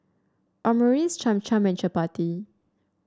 Omurice Cham Cham and Chapati